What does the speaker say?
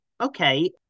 okay